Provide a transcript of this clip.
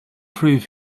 prove